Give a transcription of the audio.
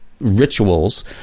rituals